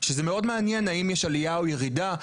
שזה מאוד מעניין האם יש עלייה או ירידה,